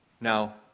Now